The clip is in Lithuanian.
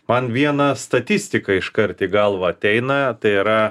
man viena statistika iškart į galvą ateina tai yra